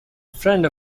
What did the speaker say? friend